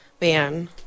Man